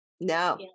No